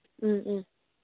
ꯎꯝ ꯎꯝ